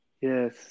Yes